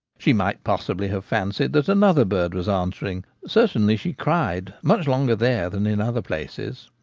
she might possibly have fancied that another bird was answering certainly she cried much longer there than in other places.